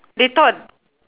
they thought